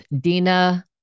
Dina